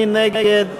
מי נגד?